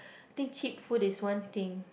I think cheap food is one thing